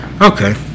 Okay